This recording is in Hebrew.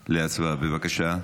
להצבעה, בבקשה.